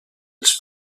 els